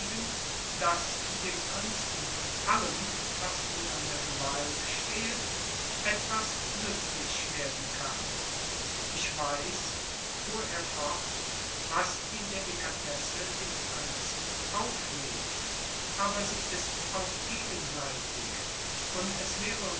daß dem prinzen von allem was in meiner gewalt stehet etwas nützlich werden kann ich weiß fuhr er fort was die delikatesse dem prinzen auflegt aber sie ist auch gegenseitig und es wäre